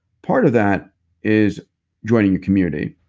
part of that is joining a community,